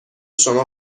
شما